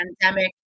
pandemic